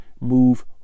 Move